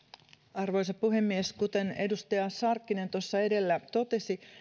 arvoisa puhemies kuten edustaja sarkkinen tuossa edellä totesi